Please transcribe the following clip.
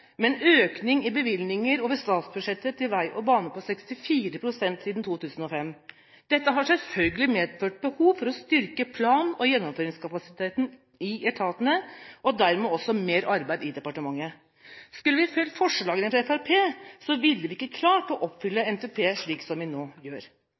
med en økning i bevilgninger over statsbudsjettet til vei og bane på 64 pst. siden 2005. Dette har selvfølgelig medført behov for å styrke plan- og gjennomføringskapasiteten i etatene og dermed også mer arbeid i departementet. Skulle vi fulgt forslagene fra Fremskrittspartiet, ville vi ikke klart å oppfylle NTP, slik vi nå gjør.